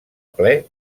ple